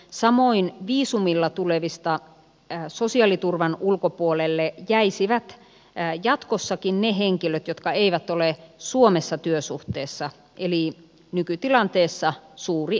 samoin viisumilla tulevista sosiaaliturvan ulkopuolelle jäisivät jatkossakin ne henkilöt jotka eivät ole suomessa työsuhteessa eli nykytilanteessa suuri enemmistö